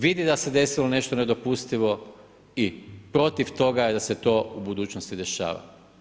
Vidi da se desilo nešto nedopustivo i protiv toga je da se to u budućnosti dešava.